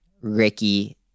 ricky